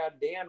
Dan